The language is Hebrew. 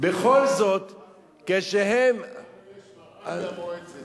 לנו יש מרן ומועצת.